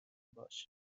باش